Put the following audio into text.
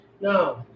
No